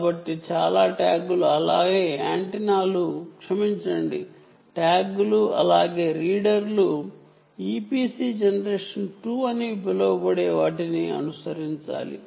కాబట్టి చాలా ట్యాగ్లు అలాగే యాంటెన్నాలు క్షమించండి ట్యాగ్లు అలాగే రీడర్లు ఇపిసి జనరేషన్ 2 అని పిలవబడే వాటిని అనుసరించాలి